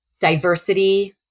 diversity